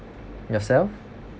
yourself